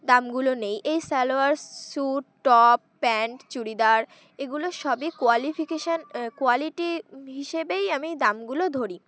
দামগুলো নেই এই salwar suit top pant churidar এগুলো সবই কোয়ালিফিকেশান কোয়ালিটি হিসেবেই আমি দামগুলো ধরি